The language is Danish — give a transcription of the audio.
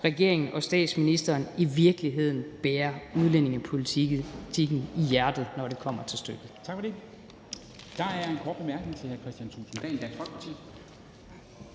regeringen og statsministeren i virkeligheden bærer udlændingepolitikken i hjertet, når det kommer til stykket.